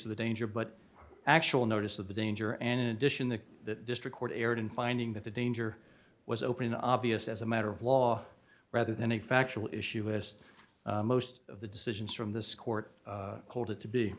of the danger but actual notice of the danger and in addition the the district court erred in finding that the danger was open obvious as a matter of law rather than a factual issue as most of the decisions from this court hold it to be